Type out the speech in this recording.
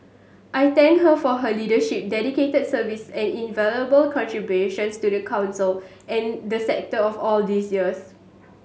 I thank her for her leadership dedicated service and invaluable contributions to the Council and the sector of all these years